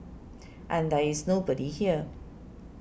and there is nobody here